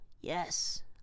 Yes